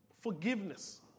forgiveness